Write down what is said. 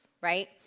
right